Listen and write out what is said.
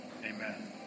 Amen